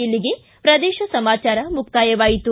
ಇಲ್ಲಿಗೆ ಪ್ರದೇಶ ಸಮಾಚಾರ ಮುಕ್ಕಾಯವಾಯಿತು